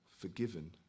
forgiven